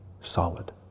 solid